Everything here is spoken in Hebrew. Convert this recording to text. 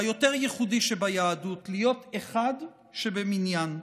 היותר-ייחודי שביהדות, להיות אחד שבמניין.